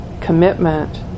commitment